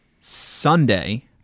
Sunday